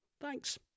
thanks